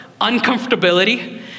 uncomfortability